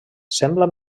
sembla